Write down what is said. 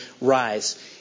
rise